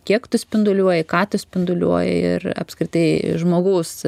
kiek tu spinduliuoji ką tu spinduliuoji ir apskritai žmogaus